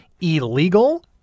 illegal